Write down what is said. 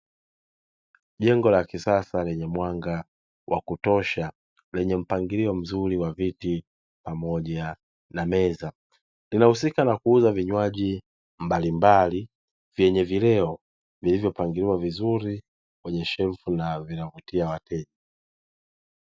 Jengo la kisasa lenye mwanga wa kutosha lenye mpangilio mzuri wa viti pamoja na meza, linahusika na kuuza vinywaji mbalimbali vyenye vileo vilivyopangiliwa vizuri kwenye shelfu na vinavutia wateja.